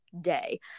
day